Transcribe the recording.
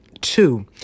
two